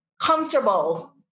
comfortable